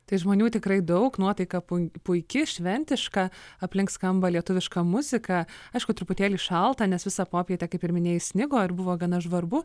tai žmonių tikrai daug nuotaika puiki šventiška aplink skamba lietuviška muzika aišku truputėlį šalta nes visą popietę kaip ir minėjai snigo ir buvo gana žvarbu